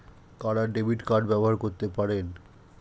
কারা debit card ব্যবহার করতে পারেন?